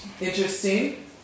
interesting